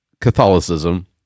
Catholicism